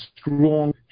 strong